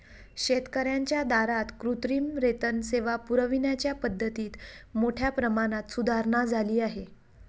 शेतकर्यांच्या दारात कृत्रिम रेतन सेवा पुरविण्याच्या पद्धतीत मोठ्या प्रमाणात सुधारणा झाली आहे